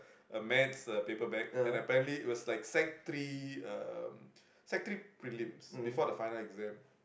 a maths uh paper back and apparently it was like sec three um sec three prelims before the final exam